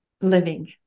living